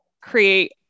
create